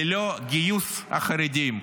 ללא גיוס החרדים,